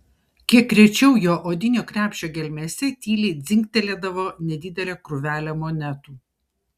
kiek rečiau jo odinio krepšio gelmėse tyliai dzingtelėdavo nedidelė krūvelė monetų